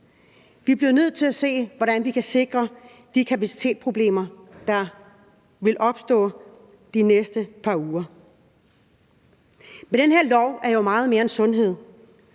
Vi bliver nødt til at se på, hvordan vi kan klare de kapacitetsproblemer, der vil opstå de næste par uger. Men den her lov er jo meget mere end sundhed.